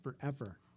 forever